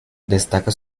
destaca